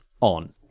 on